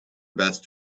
best